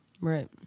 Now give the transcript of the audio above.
Right